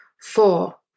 Four